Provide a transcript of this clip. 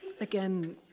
again